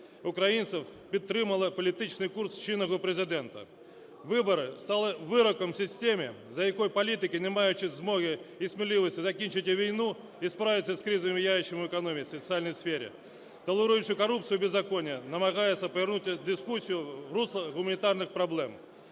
українців підтримали політичний курс чинного Президента. Вибори стали вироком системі, за якою політики, не маючи змоги і сміливості закінчити війну і справитися з кризовими явищами в економіці, соціальній сфері, толеруючи корупцію, беззаконня, намагаються повернути дискусію в русло гуманітарних проблем.